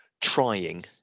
trying